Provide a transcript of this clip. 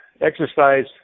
exercise